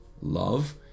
love